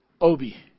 Obi